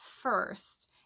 first